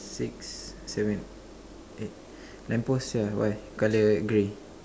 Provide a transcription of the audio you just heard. six seven eight lamp post here why colour grey